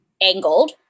angled